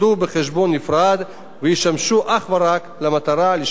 נפרד וישמשו אך ורק למטרה שלשמה נועדו.